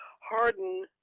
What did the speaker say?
harden